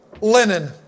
linen